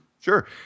Sure